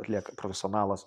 atlieka profesionalas